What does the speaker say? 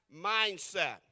mindset